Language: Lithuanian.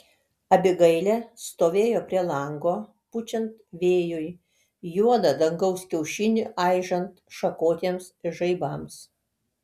abigailė stovėjo prie lango pučiant vėjui juodą dangaus kiaušinį aižant šakotiems žaibams